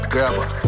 Grabber